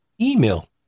email